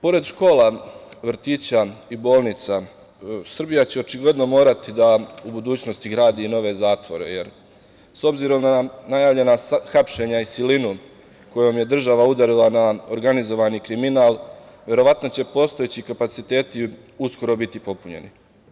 Pored škola, vrtića i bolnica, Srbija će očigledno morati da u budućnosti gradi i nove zatvore, jer s obzirom na najavljena hapšenja i silinu kojom je država udarila na organizovani kriminal, verovatno će postojeći kapaciteti uskoro biti popunjeni.